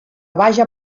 vaja